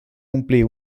omplir